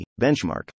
Benchmark